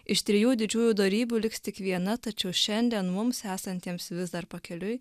iš trijų didžiųjų dorybių liks tik viena tačiau šiandien mums esantiems vis dar pakeliui